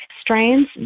strains